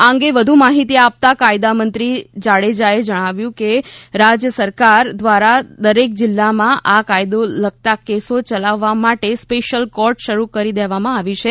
આ અંગે વધુ માહિતી આપતા કાયદા મંત્રી જાડેજાએ જણાવ્યું કે રાજ્ય સરકાર દ્વારા દરેક જિલ્લામાં આ કાયદાને લગતા કેસો ચલાવવા માટે સ્પેશીયલ કોર્ટ શરૂ કરી દેવામાં આવી છે